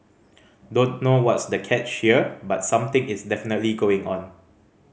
don't know what's the catch here but something is definitely going on